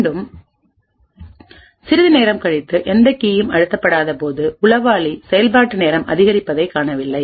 மீண்டும் சிறிது நேரம் கழித்து எந்த கீயும் அழுத்தப்படாதபோது உளவாளிசெயல்பாட்டு நேரம் அதிகரிப்பதைக் காணவில்லை